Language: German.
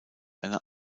eine